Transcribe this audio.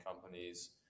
companies